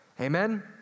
Amen